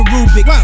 Rubik